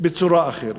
בצורה אחרת.